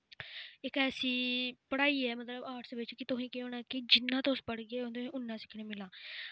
इक ऐसी पढ़ाई ऐ मतलब आर्ट्स बिच्च कि तुसें केह् होना कि जिन्ना तुस पढ़गे हून तुसें उ'न्ना सिक्खने मिलना